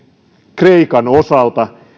kreikan osalta